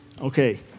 Okay